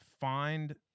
find